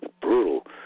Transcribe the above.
brutal